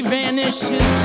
vanishes